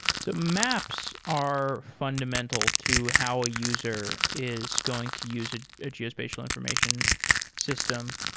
so maps are fundamental to how a user is going to use ah a geospatial information system.